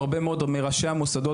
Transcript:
הרבה מאוד מראשי המוסדות,